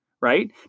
right